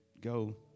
go